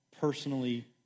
personally